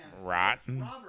Rotten